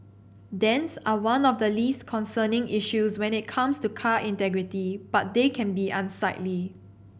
dents are one of the least concerning issues when it comes to car integrity but they can be unsightly